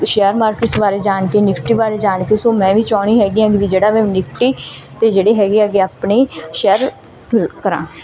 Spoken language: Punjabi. ਸ਼ੇਅਰ ਮਾਰਕੀਟਸ ਬਾਰੇ ਜਾਣ ਕੇ ਨਿਫਟੀ ਬਾਰੇ ਜਾਣ ਕੇ ਸੋ ਮੈਂ ਵੀ ਚਾਹੁੰਦੀ ਹੈਗੀ ਹਾਂ ਵੀ ਜਿਹੜਾ ਵੀ ਨਿਫਟੀ ਅਤੇ ਜਿਹੜੇ ਹੈਗੇ ਹੈਗੇ ਆਪਣੇ ਸ਼ੇਅਰ ਕਰਾਂ